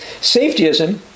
Safetyism